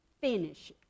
finish